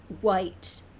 white